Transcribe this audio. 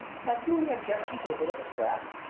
have you any objection to a bit of a scrap?